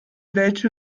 welche